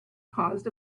caused